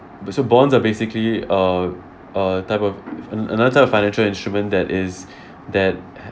but so bonds are basically uh uh type of another type of financial instrument that is that